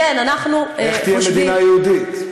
איך תהיה מדינה יהודית?